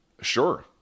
Sure